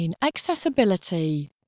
Accessibility